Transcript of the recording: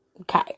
Okay